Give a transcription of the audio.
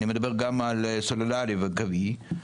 אני מדבר על סלולרי ועל קווי,